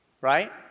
Right